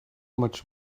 much